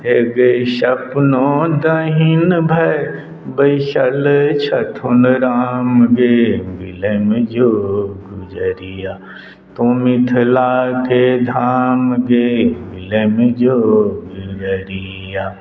हे गे सपनो दहिन भय बैसल छथुन रामगे बिलमि जो गुजरिया तू मिथिलाके धाम गे बिलमि जो गुजरिया